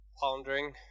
pondering